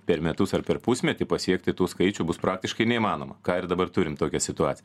per metus ar per pusmetį pasiekti tų skaičių bus praktiškai neįmanoma ką ir dabar turim tokią situaciją